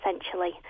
essentially